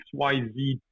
XYZ